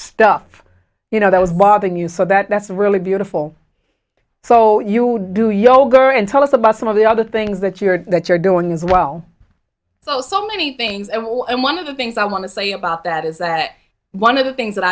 stuff you know that was bothering you so that that's really beautiful so you do yoga and tell us about some of the other things that you're that you're doing as well so so many things and all and one of the things i want to say about that is that one of the things that